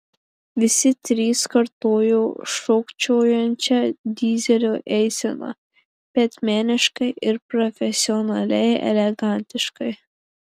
visi trys kartojo šokčiojančią dyzelio eiseną bet meniškai ir profesionaliai elegantiškai